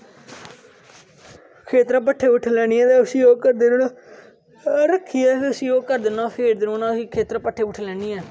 खैतरा पट्ठे आह्नियै ते उसी ओह् करदे ना रकियै फिर उसी ओह् करदे ना फेरदे रौहना खेतर पट्ठे लेई आह्नियै